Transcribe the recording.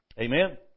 Amen